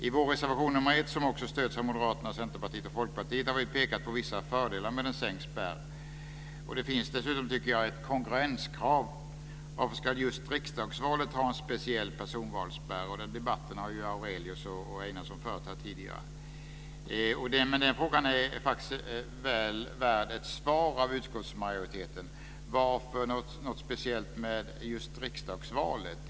I vår reservation nr 1, som också stöds av Moderaterna, Centerpartiet och Folkpartiet, har vi pekat på vissa fördelar med en sänkt spärr. Det finns dessutom ett kongruenskrav. Varför ska just riksdagsvalet ha en speciell personvalsspärr? Den debatten har Aurelius och Einarsson fört tidigare. Men den frågan är faktiskt väl värd ett svar av utskottsmajoriteten. Varför ska något speciellt gälla för just riksdagsvalet.